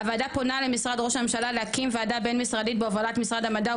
הוועדה פונה למשרד רוה"מ להקים ועדה בין משרדית בהובלת משרד המדע,